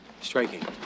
striking